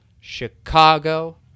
Chicago